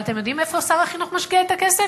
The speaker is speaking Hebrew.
אבל אתם יודעים איפה שר החינוך משקיע את הכסף?